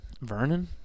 Vernon